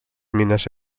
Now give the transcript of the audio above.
mines